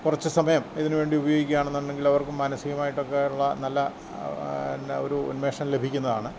കുറച്ച് സമയം ഇതിന് വേണ്ടി ഉപയോഗിക്കാണെമെന്നുണ്ടെങ്കിലവർക്കും മനസികമായിട്ടൊക്കെ ഉള്ള നല്ല പിന്നെ ഒരു ഉന്മേഷം ലഭിക്കുന്നതാണ്